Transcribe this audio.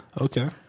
Okay